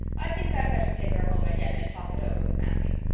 i think i'd better take her home again and talk it over with matthew.